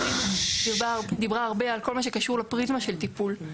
שרית דיברה הרבה על כל מה שקשור לפריזמה של טיפול.